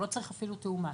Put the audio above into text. הוא לא צריך אפילו תיאום מס.